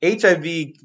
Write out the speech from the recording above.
HIV